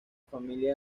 familia